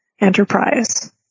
enterprise